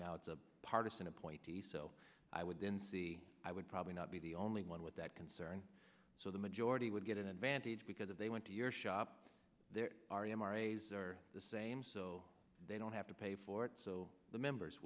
now it's a partisan appointee so i would then see i would probably not be the only one with that concern so the majority would get an advantage because if they want to your shop there are m r a's are the same so they don't have to pay for it so the members